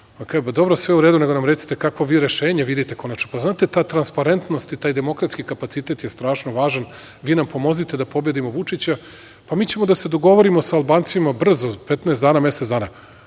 pa dobro, nego nam recite kakvo vi rešenje vidite. Znate, ta transparentnost i taj demokratski kapacitet je strašno važan, vi nam pomozite da pobedimo Vučića, pa ćemo se mi dogovoriti sa Albancima brzo, 15 dana, mesec dana.